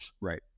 Right